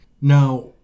Now